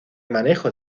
manejo